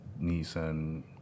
nissan